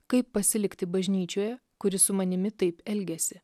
kaip pasilikti bažnyčioje kuri su manimi taip elgiasi